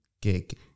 gig